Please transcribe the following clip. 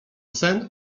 sen